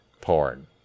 porn